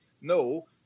no